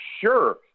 sure